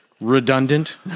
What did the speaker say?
redundant